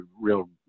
real